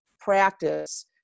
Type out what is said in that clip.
practice